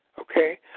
Okay